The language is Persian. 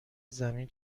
زمین